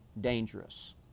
dangerous